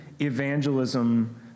evangelism